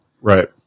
Right